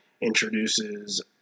introduces